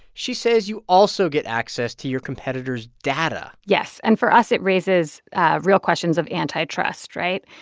she says you also get access to your competitors' data yes. and for us, it raises real questions of antitrust, right?